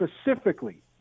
specifically